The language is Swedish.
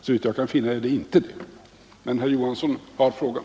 Såvitt jag kan finna är det inte det. Men herr Johansson har frågan!